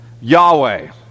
Yahweh